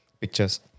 pictures